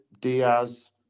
Diaz